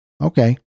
Okay